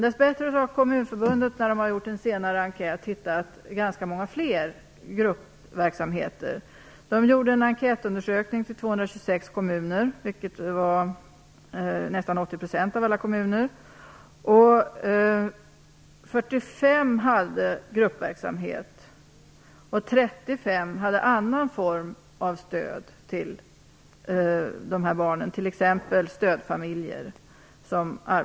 Dess bättre har Kommunförbundet vid en senare enkätundersökning hittat ganska många fler gruppverksamheter. Man gjorde en enkätundersökning omfattande 226 kommuner, alltså nästan 80 % av alla kommuner. 45 kommuner hade gruppverksamhet. 35 kommuner hade annan form av stöd till de här barnen, t.ex. stödfamiljer.